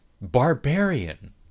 Barbarian